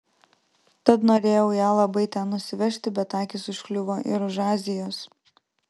tad norėjau ją labai ten nusivežti bet akys užkliuvo ir už azijos